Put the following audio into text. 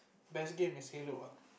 best game is Halo ah